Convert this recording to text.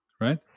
right